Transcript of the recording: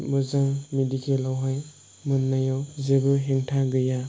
मोजां मेडिकेलावहाय मोननायाव जेबो हेंथा गैया